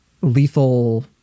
lethal